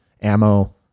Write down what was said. ammo